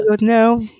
No